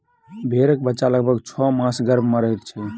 भेंड़क बच्चा लगभग छौ मास गर्भ मे रहैत छै